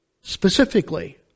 specifically